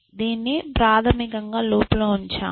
దీన్ని ప్రాథమికంగా లూప్లో ఉంచాము